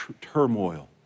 turmoil